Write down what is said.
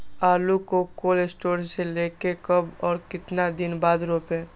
आलु को cold store से ले के कब और कितना दिन बाद रोपे?